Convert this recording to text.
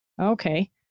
Okay